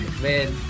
Man